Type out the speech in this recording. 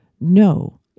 no